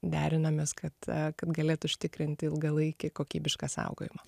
derinamės kad kad galėt užtikrinti ilgalaikį kokybišką saugojimą